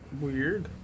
Weird